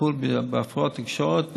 טיפול בהפרעות תקשורת ותזונה,